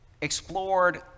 explored